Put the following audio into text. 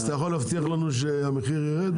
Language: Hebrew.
אז אתה יכול להבטיח לנו שהמחיר יירד?